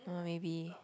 uh maybe